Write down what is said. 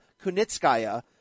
Kunitskaya